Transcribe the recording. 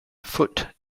foot